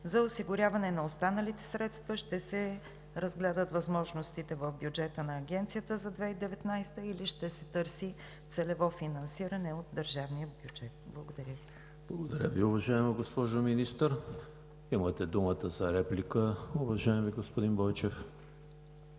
За осигуряването на останалите средства ще се разгледат възможностите в бюджета на Агенцията за 2019 г. или ще се търси целево финансиране от държавния бюджет. Благодаря Ви. ПРЕДСЕДАТЕЛ ЕМИЛ ХРИСТОВ: Благодаря Ви, уважаема госпожо Министър. Имате думата за реплика, уважаеми господин Бойчев.